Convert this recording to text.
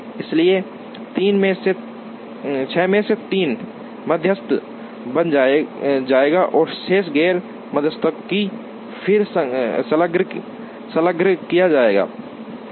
इसलिए 6 में से 3 मध्यस्थ बन जाएंगे और शेष गैर मध्यस्थों को फिर संलग्न किया जाएगा